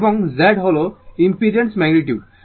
এবং Z হল ইমপেডেন্সের ম্যাগনিটিউড